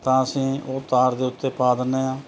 ਤਾਂ ਅਸੀਂ ਉਹ ਤਾਰ ਦੇ ਉੱਤੇ ਪਾ ਦਿੰਦੇ ਹਾਂ